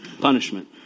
Punishment